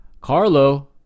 Carlo